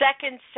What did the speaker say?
second